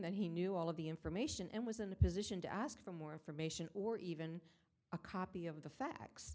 that he knew all of the information and was in a position to ask for more information or even a copy of the facts